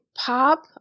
pop